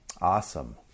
Awesome